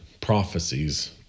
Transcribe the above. prophecies